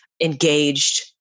engaged